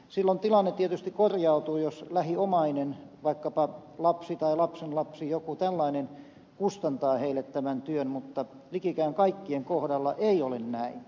silloin tilanne tietysti korjaantuu jos lähiomainen vaikkapa lapsi tai lapsenlapsi tai joku tällainen kustantaa heille tämän työn mutta likikään kaikkien kohdalla ei ole näin